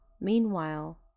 meanwhile